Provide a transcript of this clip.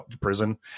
prison